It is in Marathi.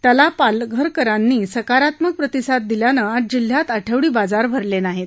त्याला पालघरकरांनी सकारात्मक प्रतिसाद दिल्यानं आज जिल्ह्यात आठवडी बाजार भरले नाहीत